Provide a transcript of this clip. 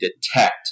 detect